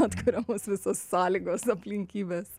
atkuriamos visos sąlygos aplinkybės